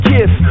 Kiss